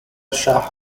shah